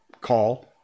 call